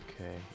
Okay